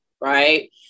right